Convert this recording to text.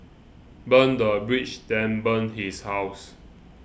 burn the bridge then burn his house